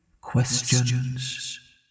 questions